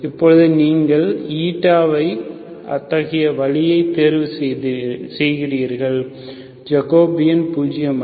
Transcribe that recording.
இப்போது நீங்கள் அத்தகைய வழியைத் தேர்வு செய்கிறீர்கள் ஜக்கோபியன் பூஜ்ஜியமல்ல